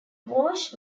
walsh